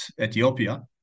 Ethiopia